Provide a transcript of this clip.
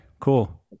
cool